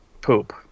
poop